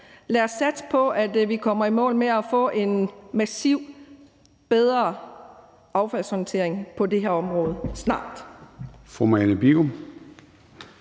Lad os satse på, at vi kommer i mål med at få en massivt bedre affaldshåndtering på det her område snart.